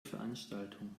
veranstaltung